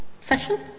session